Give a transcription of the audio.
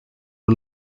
who